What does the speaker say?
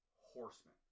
horsemen